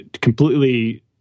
completely